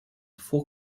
for